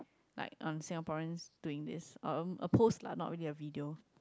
like um Singaporeans doing this um a post lah not really a video